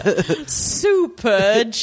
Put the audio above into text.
Super